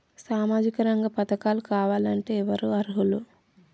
సామాజిక రంగ పథకాలు కావాలంటే ఎవరు అర్హులు?